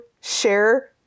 share